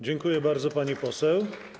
Dziękuję bardzo, pani poseł.